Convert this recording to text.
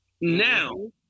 Now